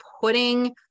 putting